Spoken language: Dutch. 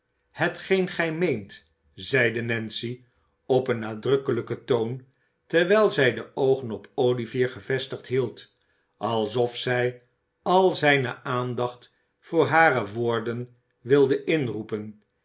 hetgeen gij meent zeide nancy op een nadrukkelijken toon terwijl zij de oögen op olivier gevestigd hield alsof zij al zijne aandacht voor hare woorden wilden inroepen